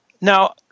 Now